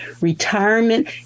retirement